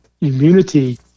immunity